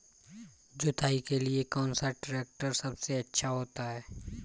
जुताई के लिए कौन सा ट्रैक्टर सबसे अच्छा होता है?